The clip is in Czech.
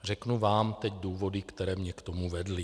Řeknu vám teď důvody, které mě k tomu vedly.